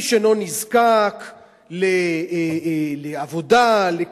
איש אינו נזקק לעבודה, לקניות,